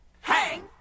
hang